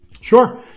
Sure